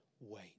wait